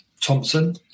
Thompson